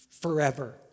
forever